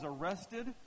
arrested